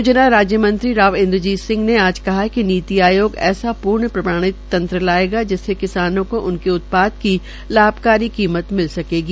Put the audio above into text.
योजना राज्य मंत्री राव इन्द्रजीत सिंह ने आज कहा है कि नीति आयोग ऐसा पूर्ण प्रमाणित तंत्र लाया जायेगा जिससे किसानों को उनके उत्पाद की लाभकारी कीमत मिल सकेगी